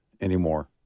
anymore